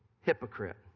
hypocrite